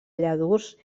lladurs